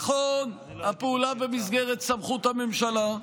נכון, הפעולה במסגרת סמכות הממשלה,